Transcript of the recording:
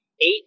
eight